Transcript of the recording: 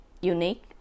unique